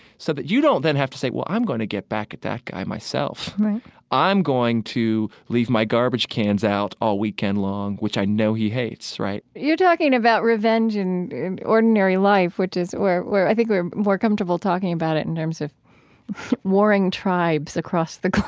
so that you don't then have to say, well, i'm going to get back at that guy myself. right i'm going to leave my garbage cans out all weekend long, which i know he hates, right? you're talking about revenge and in ordinary life, which is where where i think we're more comfortable talking about it in terms of warring tribes across the